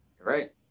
right